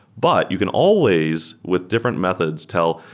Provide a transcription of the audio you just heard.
but you can always, with different methods, tell,